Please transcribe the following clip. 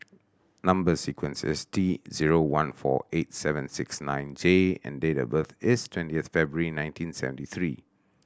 number sequence is T zero one four eight seven six nine J and date of birth is twentieth February nineteen seventy three